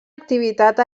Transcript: activitat